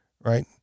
right